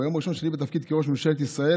"ביום הראשון שלי בתפקיד ראש ממשלת ישראל,